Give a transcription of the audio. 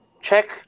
check